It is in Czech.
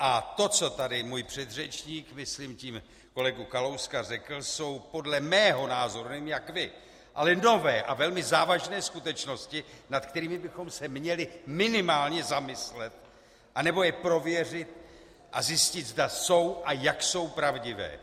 A to, co tady můj předřečník, myslím tím kolegu Kalouska, řekl, jsou podle mého názoru nevím jak vy ale nové a velmi závažné skutečnosti, nad kterými bychom se měli minimálně zamyslet anebo je prověřit a zjistit, zda jsou a jak jsou pravdivé.